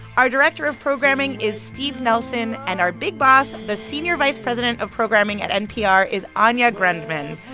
our director of programming is steve nelson, and our big boss, the senior vice president of programming at npr, is anya grundmann.